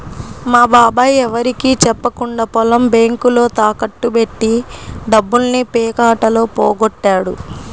మా బాబాయ్ ఎవరికీ చెప్పకుండా పొలం బ్యేంకులో తాకట్టు బెట్టి డబ్బుల్ని పేకాటలో పోగొట్టాడు